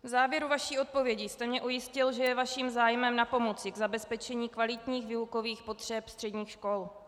V závěru vaší odpovědi jste mě ujistil, že je vaším zájmem napomoci zabezpečení kvalitních výukových potřeb středních škol.